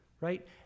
right